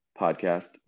podcast